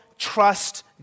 Trust